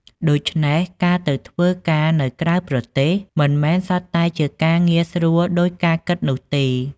ដូច្នេះ ការទៅធ្វើការនៅក្រៅប្រទេសមិនមែនសុទ្ធតែជាការងារស្រួលដូចការគិតនោះទេ។